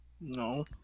No